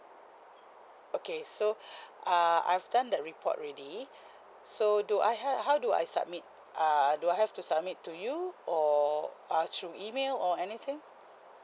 okay so err I've done that report already so do I have how do I submit err do I have to submit to you or uh through email or anything